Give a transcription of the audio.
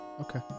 Okay